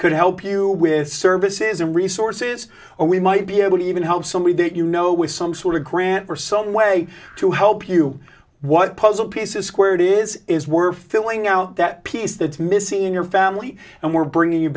could help you with services and resources or we might be able to even help somebody that you know with some sort of grant for some way to help you what puzzle pieces square it is is we're filling out that piece that's missing in your family and we're bringing you